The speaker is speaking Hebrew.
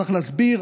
צריך להסביר,